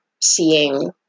seeing